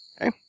Okay